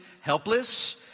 helpless